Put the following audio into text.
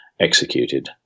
executed